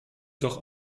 doch